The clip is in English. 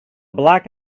black